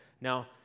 now